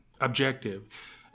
objective